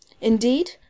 Indeed